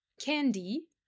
candy